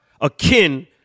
akin